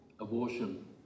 abortion